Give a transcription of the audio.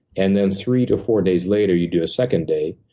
and then three to four days later, you do a second day,